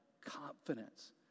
confidence